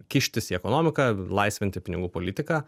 kištis į ekonomiką laisvinti pinigų politiką